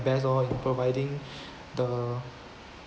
best lor in providing the